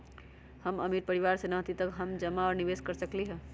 हम अमीर परिवार से न हती त का हम जमा और निवेस कर सकली ह?